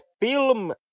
film